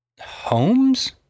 homes